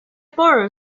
borrow